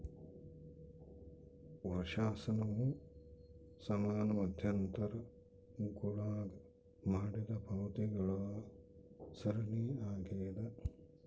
ವರ್ಷಾಶನವು ಸಮಾನ ಮಧ್ಯಂತರಗುಳಾಗ ಮಾಡಿದ ಪಾವತಿಗಳ ಸರಣಿಯಾಗ್ಯದ